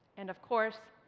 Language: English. and of course,